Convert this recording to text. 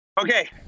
Okay